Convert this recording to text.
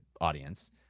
audience